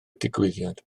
digwyddiad